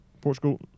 Portugal